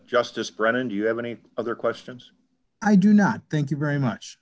justice brennan do you have any other questions i do not thank you very